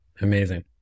Amazing